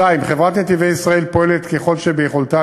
2. חברת "נתיבי ישראל" פועלת ככל שביכולתה